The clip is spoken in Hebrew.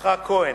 יצחק כהן,